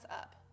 up